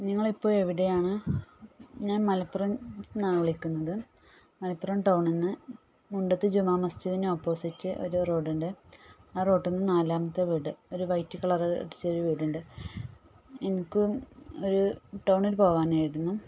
നിങ്ങൾ ഇപ്പോൾ എവിടെയാണ് ഞാൻ മലപ്പുറത്തു നിന്നാണ് വിളിക്കുന്നത് മലപ്പുറം ടൗണിൽ നിന്ന് മുണ്ടത്ത് ജുമാമസ്ജിദിന് ഓപ്പോസിറ്റ് ഒരു റോഡുണ്ട് ആ റോഡിൽ നിന്ന് നാലാമത്തെ വീട് ഒരു വൈറ്റ് കളർ അടിച്ച ഒരു വീടുണ്ട് എനിക്ക് ഒരു ടൗണിൽ പോവാനായിരുന്നു